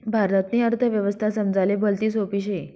भारतनी अर्थव्यवस्था समजाले भलती सोपी शे